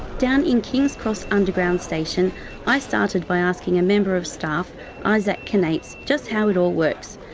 down in kings cross underground station i started by asking a member of staff isaac kinates just how it all works.